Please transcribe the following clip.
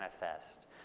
manifest